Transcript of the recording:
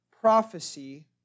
prophecy